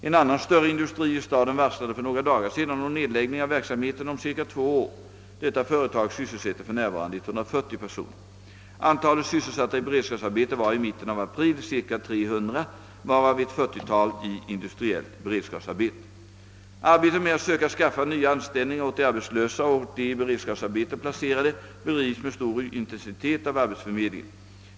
En annan större industri i staden varslade för några dagar sedan om nedläggning av verksamheten om ca två år. Detta företag sysselsätter för närvarande 140 personer. Antalet sysselsatta i beredskapsarbete var i mitten av april cirka 300, varav ett 40-tal i industriellt beredskapsarbete. Arbetet med att söka skaffa nya anställningar åt de arbetslösa och åt de i beredskapsarbete placerade bedrivs med stor intensitet av arbetsförmedlingen.